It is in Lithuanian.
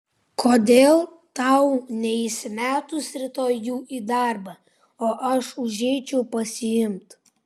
kodėl tau neįsimetus rytoj jų į darbą o aš užeičiau pasiimti